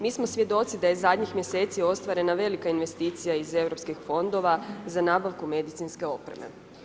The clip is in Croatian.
Mi smo svjedoci da je zadnjih mjeseci ostvarena velika investicija iz Europskih fondova za nabavku medicinske opreme.